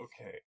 Okay